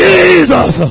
Jesus